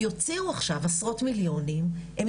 אתה בא לרופא הוא ירפא אותך --- ברשותך נעבור